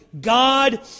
God